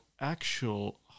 actual